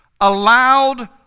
allowed